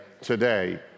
today